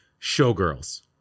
Showgirls